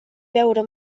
beure